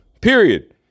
period